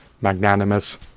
magnanimous